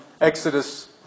Exodus